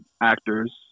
actors